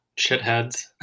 shitheads